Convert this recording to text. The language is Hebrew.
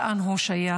לאן הוא שייך.